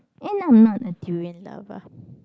and I'm not a durian lover